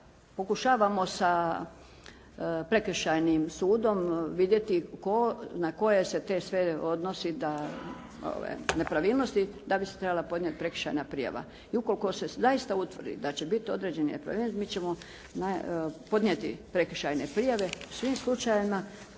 pokušavamo sa prekršajnim sudom vidjeti na koje se te sve odnosi nepravilnosti da bi se trebala podnijeti prekršajna prijava.I ukoliko se zaista utvrdi da će biti … /Ne razumije se./ … mi ćemo podnijeti prekršajne prijave u svim slučajevima